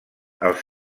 els